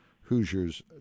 Hoosiers